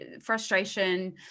frustration